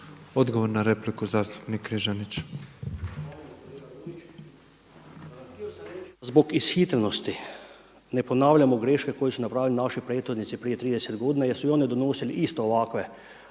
(HDZ)** Htio sam reći zbog ishitrenosti ne ponavljamo greške koje su napravili naši prethodnici prije 30 godina jer su i oni donosili isto ovakve